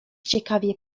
ciekawie